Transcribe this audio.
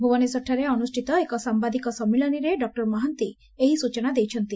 ଭୁବନେଶ୍ୱରଠାରେ ଅନୁଷ୍ବିତ ଏକ ସାମ୍ଘାଦିକ ସମ୍ମିଳନୀରେ ଡକୁର ମହାନ୍ତି ଏହି ସୂଚନା ଦେଇଛନ୍ତି